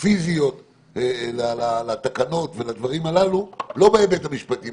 פיזיות לתקנות ולדברים הללו לא בהיבט המשפטי.